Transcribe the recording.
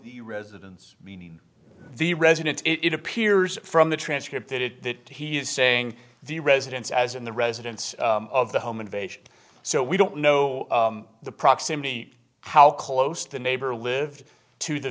the residence meaning the residence it appears from the transcript that it that he is saying the residence as in the residence of the home invasion so we don't know the proximity how close the neighbor lived to the